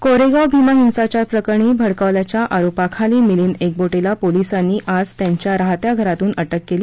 कोरेगाव भीमा हिंसाचार प्रकरणी भडकवल्याच्या आरोपाखाली मिलिंद एकबोटेला पोलीसांनी आज त्यांच्या राहत्या घरातून अटक केली